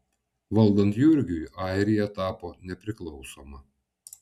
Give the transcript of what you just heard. valdant jurgiui airija tapo nepriklausoma